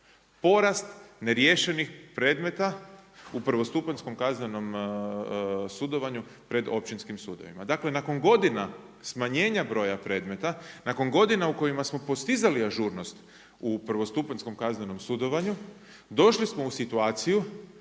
porast neriješenih predmeta u prvostupanjskom kaznenom sudovanju pred općinskim sudovima. Dakle, nakon godina smanjenja broja predmeta, nakon godina u kojima smo postizali ažurnost u prvostupanjskom kaznenom sudovanju došli smo u situaciju